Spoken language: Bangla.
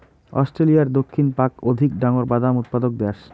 অস্ট্রেলিয়ার দক্ষিণ পাক অধিক ডাঙর বাদাম উৎপাদক দ্যাশ